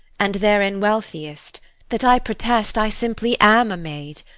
and therein wealthiest that i protest i simply am a maid.